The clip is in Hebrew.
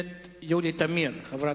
חברת